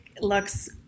looks